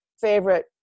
favorite